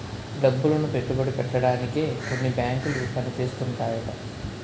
డబ్బులను పెట్టుబడి పెట్టడానికే కొన్ని బేంకులు పని చేస్తుంటాయట